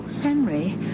Henry